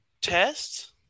test